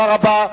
תודה רבה.